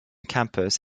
campus